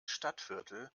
stadtviertel